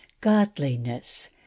Godliness